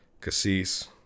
cassis